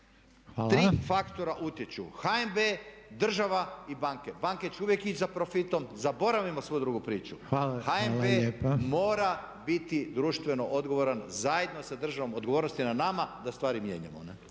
tri faktora utječu, HNB, država i banke. Banke će uvijek ići za profitom, zaboravimo svu drugu priču. HNB mora biti društveno odgovoran. Zajedno sa državom odgovornost je na nama da stvari mijenjamo